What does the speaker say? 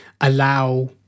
allow